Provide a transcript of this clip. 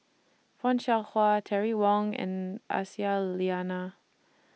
fan Shao Hua Terry Wong and Aisyah Lyana